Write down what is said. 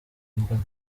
mbona